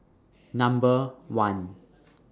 Number one